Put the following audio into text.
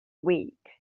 week